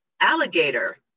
alligator